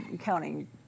counting